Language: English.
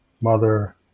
mother